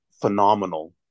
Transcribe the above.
phenomenal